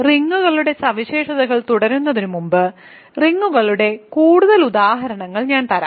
റിങ്ങുകളുടെ സവിശേഷതകൾ തുടരുന്നതിന് മുമ്പ് റിങ്ങുകളുടെ കൂടുതൽ ഉദാഹരണങ്ങൾ ഞാൻ തരാം